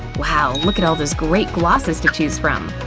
wow, look at all those great glosses to choose from!